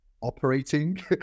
operating